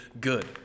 good